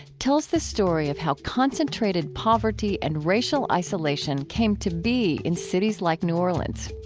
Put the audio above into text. tells the story of how concentrated poverty and racial isolation came to be in cities like new orleans.